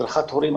הדרכת הורים,